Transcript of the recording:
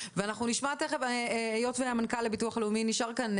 ואנחנו נשמע ככה היות והמנכ"ל לביטוח לאומי נשאר כאן,